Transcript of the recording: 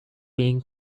been